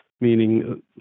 meaning